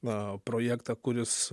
na projektą kuris